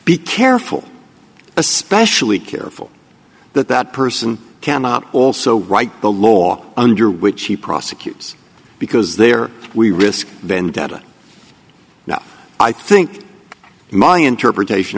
be careful especially careful that that person cannot also write the law under which he prosecutes because they are we risk vendetta no i think my interpretation